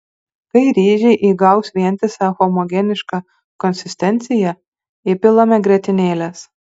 kai ryžiai įgaus vientisą homogenišką konsistenciją įpilame grietinėlės